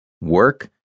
work